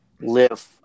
live